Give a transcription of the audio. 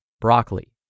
broccoli